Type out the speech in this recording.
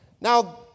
Now